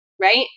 right